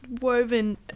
woven